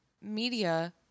media